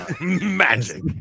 magic